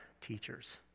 teachers